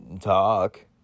talk